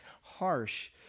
harsh